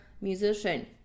musician